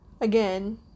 again